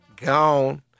gone